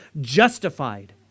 justified